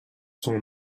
son